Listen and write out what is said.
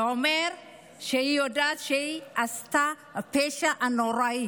זה אומר שהיא יודעת שהיא עשתה פשע נורא.